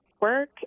work